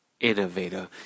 innovator